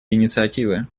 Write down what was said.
инициативы